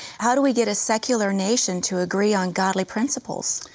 how do we get a secular nation to agree on godly principles?